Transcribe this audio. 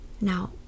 Now